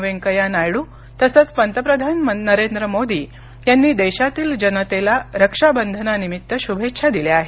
वेंकैय्या नायडू तसंच पंतप्रधान नरेंद्र मोदी यांनी देशातील जनतेला रक्षाबंधना निमित्त शुभेच्छा दिल्या आहेत